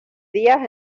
dias